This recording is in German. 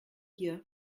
hier